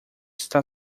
está